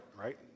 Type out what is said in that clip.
right